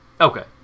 Okay